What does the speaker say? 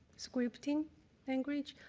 scripting language.